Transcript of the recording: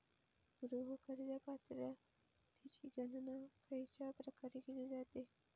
गृह कर्ज पात्रतेची गणना खयच्या प्रकारे केली जाते?